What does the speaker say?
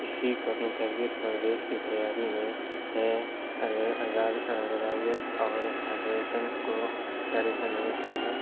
کسی کو اپنی تربیت اور ریس کی تیاری میں اور کو اچھا ریسن لینی چاہیے